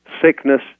Sickness